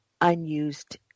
unused